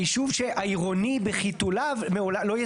היישוב העירוני בחיתוליו לא יסווג.